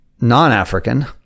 non-African